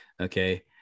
Okay